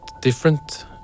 different